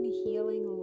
healing